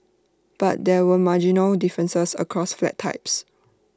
but there were marginal differences across flat types